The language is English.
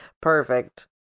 Perfect